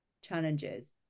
challenges